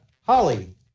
Holly